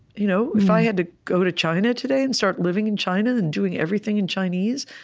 you know if i had to go to china today and start living in china and doing everything in chinese,